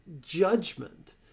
judgment